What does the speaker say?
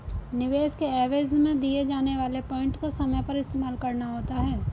निवेश के एवज में दिए जाने वाले पॉइंट को समय पर इस्तेमाल करना होता है